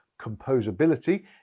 Composability